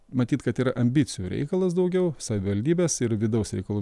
matyt kad yra ambicijų reikalas daugiau savivaldybės ir vidaus reikalų